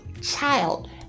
child